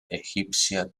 egipcia